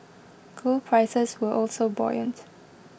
gold prices were also buoyant